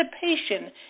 participation